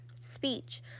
speech